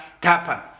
tapa